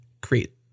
create